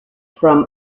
from